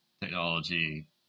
technology